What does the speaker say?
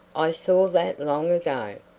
i saw that long ago.